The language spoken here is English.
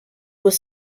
was